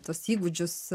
tuos įgūdžius